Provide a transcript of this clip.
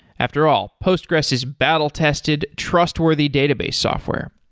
after all, postgres is battle tested, trustworthy database software,